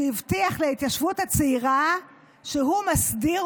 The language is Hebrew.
שהבטיח להתיישבות הצעירה שהוא מסדיר